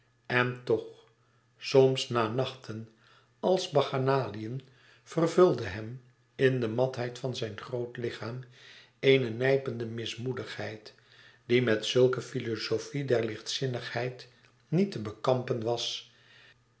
en toch soms na nachten als bacchanaliën vervulde hem in de matheid van zijn groot lichaam eene nijpende mismoedigheid die met zulke filosofie der lichtzinnigheid niet te bekampen was